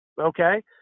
okay